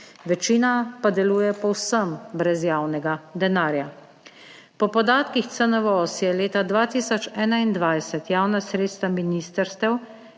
večina pa deluje povsem brez javnega denarja. Po podatkih CNVO se je leta 2021 javna sredstva ministrstev,